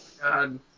God